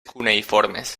cuneïformes